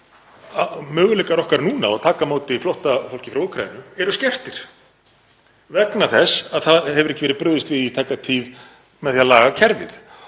Möguleikar okkar núna til að taka á móti flóttafólki frá Úkraínu eru skertir vegna þess að ekki hefur verið brugðist við í tæka tíð með því að laga kerfið